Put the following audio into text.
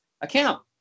account